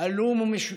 הלום ומשותק,